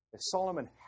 Solomon